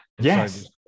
Yes